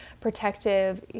protective